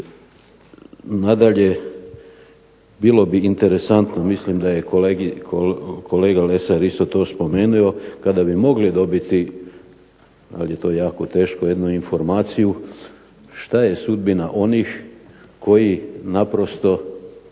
Nadalje, bilo bi interesantno, mislim da je kolega Lesar isto to spomenuo, kada bi mogli dobiti, al je to jako teško, jednu informaciju šta je sudbina onih koji naprosto